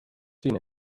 seen